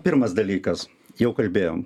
pirmas dalykas jau kalbėjom